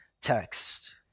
text